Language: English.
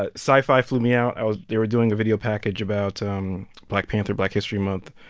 ah sci-fi flew me out. i was they were doing a video package about um black panther black history month.